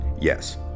Yes